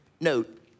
note